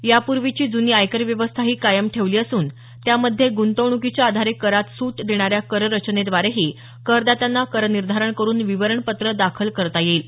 यापूर्वीची जुनी आयकर व्यवस्थाही कायम ठेवली असून त्यामध्ये गुंतवणुकीच्या आधारे करात सूट देणाऱ्या कररचनेद्वारेही करदात्यांना करनिर्धारण करून विवरणपत्र दाखल करता येईल